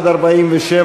עד 47,